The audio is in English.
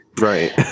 Right